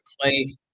play